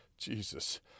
Jesus